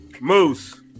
Moose